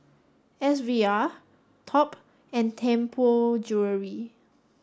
S V R Top and Tianpo Jewellery